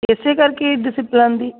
ਇਸ ਕਰਕੇ ਹੀ ਡਿਸਿਪਲਨ ਦੀ